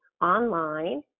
online